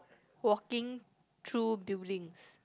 walking through buildings